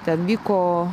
ten vyko